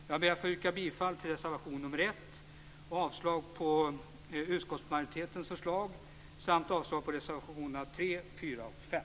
Jag yrkar bifall till reservation nr 1, med avslag på utskottsmajoritetens förslag, samt avslag på reservationerna nr 3, 4 och 5.